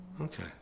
Okay